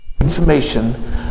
information